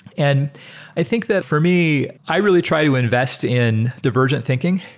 and i think that, for me, i really try to invest in divergent thinking.